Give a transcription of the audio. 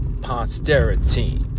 Posterity